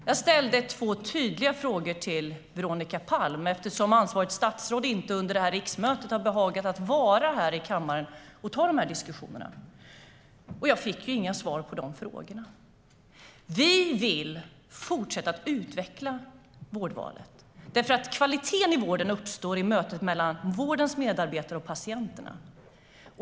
Jag ställde två tydliga frågor till Veronica Palm eftersom ansvarigt statsråd under det här riksmötet inte har behagat vara här i kammaren och ta de här diskussionerna. Jag fick inga svar på de frågorna. Vi vill fortsätta att utveckla vårdvalet eftersom kvaliteten i vården uppstår i mötet mellan vårdens medarbetare och patienterna.